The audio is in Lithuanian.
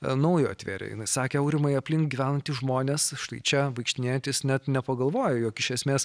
naujo atvėrė jinai sakė aurimai aplink gyvenantys žmonės štai čia vaikštinėtys net nepagalvoja jog iš esmės